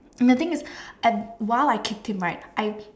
and the thing is at while I kicked him right I